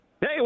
Hey